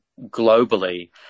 globally